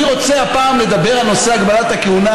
אני רוצה הפעם לדבר על נושא הגבלת הכהונה,